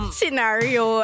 scenario